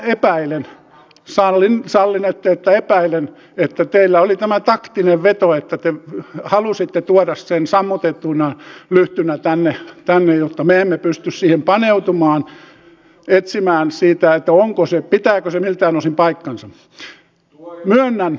minä epäilen sallinette että epäilen että teillä oli tämä taktinen veto että te halusitte tuoda sen sammutettuna lyhtynä tänne jotta me emme pystyisi siihen paneutumaan etsimään siitä pitääkö se miltään osin paikkansa